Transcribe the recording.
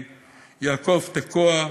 יעקב תקוע,